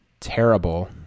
Terrible